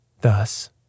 Thus